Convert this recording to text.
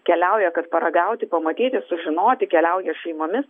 keliauja kad paragauti pamatyti sužinoti keliauja šeimomis